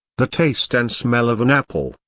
the taste and smell of an apple,